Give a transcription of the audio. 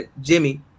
Jimmy